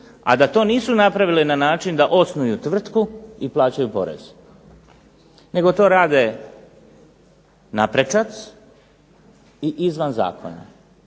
a da to nisu napravile na način da osnuju tvrtku i plaćaju porez, nego to rade naprečac i izvan zakona,